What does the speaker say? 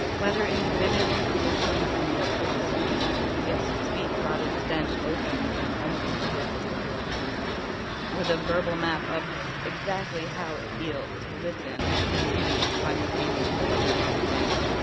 whether in the vivid recreation of a new york city street its sweet, rotted stench opens and almost closes the collection or the verbal map of exactly how it feels to listen and read simultaneously on the l train,